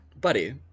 Buddy